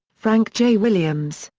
frank j. williams,